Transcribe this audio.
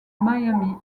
miami